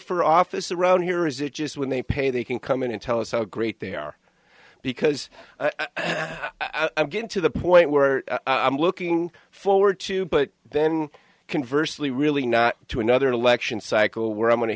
for office around here or is it just when they pay they can come in and tell us how great they are because i'm getting to the point where i'm looking forward to but then converse lee really not to another election cycle where i'm going to